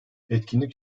etkinlik